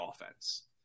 offense